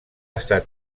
estat